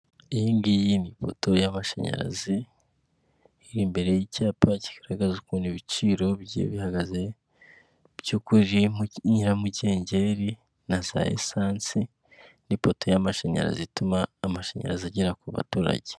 Iyi ngiyi ni ipoto y'amashanyarazi iri imbere y'icyapa kigaragaza ukuntu ibiciro bigiye bihagaze byo kuri nyiramugengeri na za esansi n'ipoto y'amashanyarazi ituma amashanyarazi agera ku baturage.